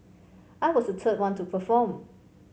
I was the third one to perform